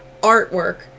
artwork